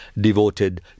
devoted